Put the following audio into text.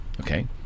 Okay